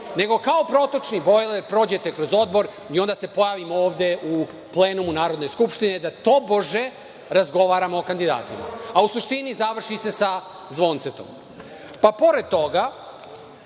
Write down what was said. nego kao protočni bojler prođete kroz odbor i onda se pravimo ovde u plenumu Narodne skupštine da tobože razgovaramo o kandidatima, a u suštini završi se sa zvoncetom. Pored toga